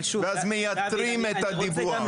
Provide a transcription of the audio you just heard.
ואז מייתרים את הדיווח.